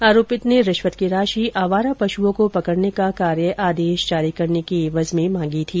आरोपित ने रिश्वत की राशि आवारा पशुओं को पकड़ने का कार्य आदेश जारी करने की एवज में परिवादी से मांगी थी